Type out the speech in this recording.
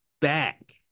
back